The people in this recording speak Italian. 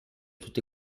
tutti